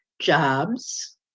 jobs